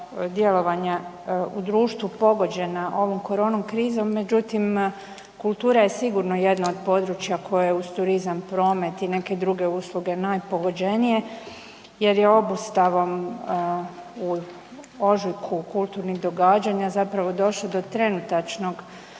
djelovanja u društvu pogođena ovom koronom krizom, međutim kultura je sigurno jedna od područja koje uz turizam, promet i neke druge usluge najpogođenije jer je obustavom u ožujku kulturnih događanja zapravo došlo do trenutačnog